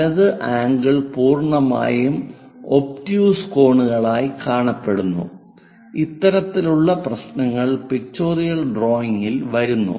വലത് ആംഗിൾ പൂർണ്ണമായും ഒപ്റ്റിയൂസ് കോണുകളായി കാണപ്പെടുന്നു ഇത്തരത്തിലുള്ള പ്രശ്നങ്ങൾ പിക്ചോറിയൽ ഡ്രായിങ്ങിൽ വരുന്നു